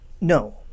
No